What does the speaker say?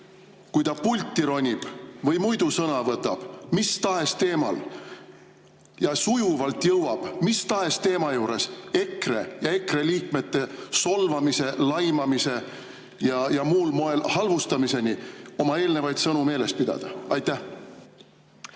kui ta pulti ronib või muidu sõna võtab mis tahes teemal ja sujuvalt jõuab mis tahes teema juures EKRE ja EKRE liikmete solvamise, laimamise ja muul moel halvustamiseni, oma eelnevaid sõnu meeles pidada. Aga